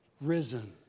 Risen